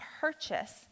purchase